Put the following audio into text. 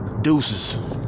Deuces